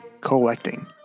collecting